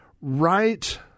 right